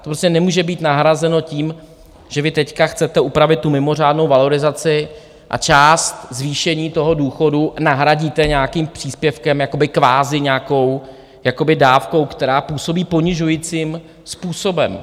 To prostě nemůže být nahrazeno tím, že vy teď chcete upravit mimořádnou valorizaci a část zvýšení důchodu nahradíte nějakým příspěvkem, jakoby kvazi nějakou dávkou, která působí ponižujícím způsobem.